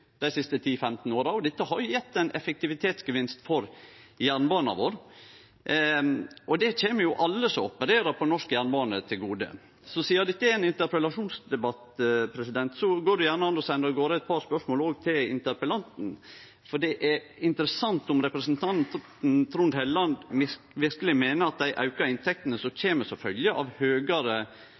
dei siste 10–15 åra. Dette har gjeve ei effektivitetsgevinst for jernbana vår, og det kjem jo alle som opererer på norsk jernbane til gode. Så sidan dette er ein interpellasjonsdebatt, går det gjerne an å sende av garde eit par spørsmål òg til interpellanten, for det er interessant om representanten Trond Helleland verkeleg meiner at dei auka inntektene som kjem som ei følgje av høgare